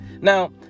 Now